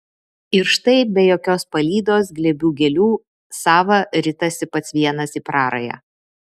ir štai be jokios palydos glėbių gėlių sava ritasi pats vienas į prarają